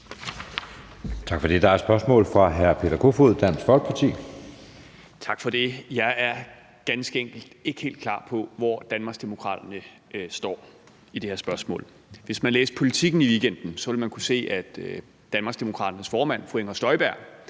Tak for det. Der er spørgsmål fra hr. Peter Kofod, Dansk Folkeparti. Kl. 15:38 Peter Kofod (DF): Tak for det. Jeg er ganske enkelt ikke helt klar på, hvor Danmarksdemokraterne står i det her spørgsmål. Hvis man læste Politiken i weekenden, ville man kunne se, at Danmarksdemokraternes formand, fru Inger Støjberg,